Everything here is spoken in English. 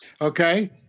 okay